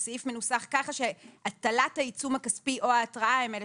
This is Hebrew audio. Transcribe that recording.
הסעיף מנוסח כך שהטלת העיצום הכספי או ההתראה הם אלה